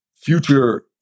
future